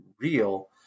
real